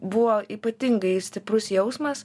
buvo ypatingai stiprus jausmas